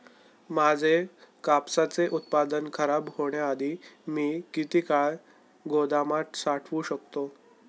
माझे कापसाचे उत्पादन खराब होण्याआधी मी किती काळ गोदामात साठवू शकतो?